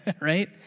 right